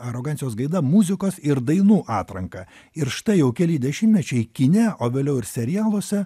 arogancijos gaida muzikos ir dainų atranką ir štai jau keli dešimtmečiai kine o vėliau ir serialuose